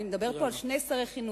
אני מדברת פה על שני שרי חינוך,